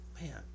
man